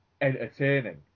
entertaining